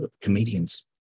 comedians